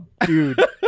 Dude